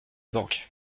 banque